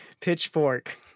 pitchfork